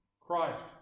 Christ